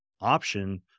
option